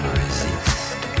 resist